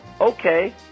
okay